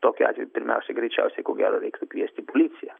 tokiu atveju pirmiausiai greičiausiai ko gero reikėtų kviesti policiją